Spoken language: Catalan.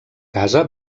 casa